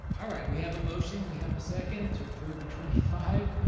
all right we have a motion, we have a second to approve the twenty five.